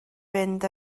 fynd